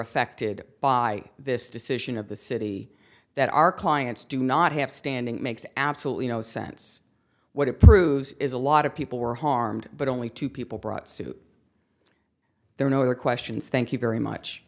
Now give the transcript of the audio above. affected by this decision of the city that our clients do not have standing it makes absolutely no sense what it proves is a lot of people were harmed but only two people brought suit there are no other questions thank you very much